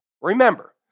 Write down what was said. Remember